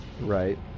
Right